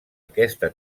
aquesta